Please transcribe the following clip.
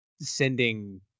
sending